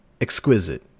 exquisite